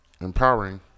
Empowering